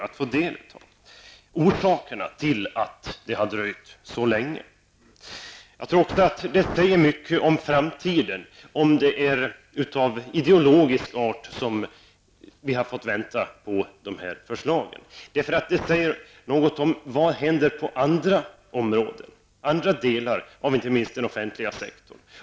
När det gäller orsakerna till att vi har fått vänta så länge med det här förslaget så säger det mycket om framtiden om det är av ideologisk art. Detta visar vad som kommer att hända på andra områden inom den offentliga sektorn.